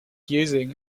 using